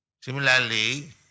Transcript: similarly